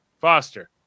Foster